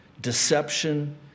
deception